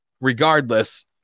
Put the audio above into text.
regardless